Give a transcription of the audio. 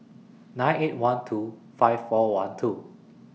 nine eight one two five four one two